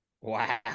Wow